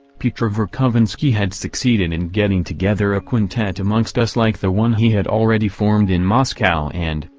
pyotr verkovensky had succeeded in getting together a quintet amongst us like the one he had already formed in moscow and,